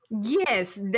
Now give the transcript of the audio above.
Yes